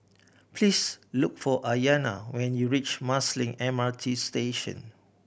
please look for Ayanna when you reach Marsiling M R T Station